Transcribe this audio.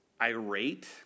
irate